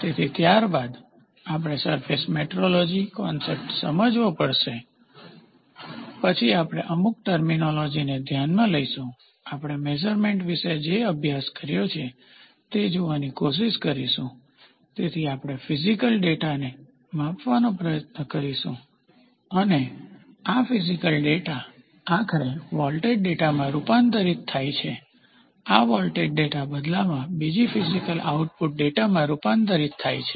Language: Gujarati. તેથી ત્યારબાદ આપણે સરફેસ મેટ્રોલોજી કોન્સેપ્ટ સમજવો પડશે પછી આપણે અમુક ટર્મીનોલોજીને ધ્યાનમાં લઈશું આપણે મેઝરમેન્ટ વિશે જે અભ્યાસ કર્યો છે તે જોવાની કોશિશ કરીશું તેથી આપણે ફીઝીકલ ડેટાને માપવાનો પ્રયત્ન કરીશું અને આ ફીઝીકલ ડેટા આખરે વોલ્ટેજ ડેટામાં રૂપાંતરિત થાય છે આ વોલ્ટેજ ડેટા બદલામાં બીજા ફીઝીકલ આઉટપુટ ડેટામાં રૂપાંતરિત થાય છે